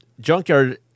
Junkyard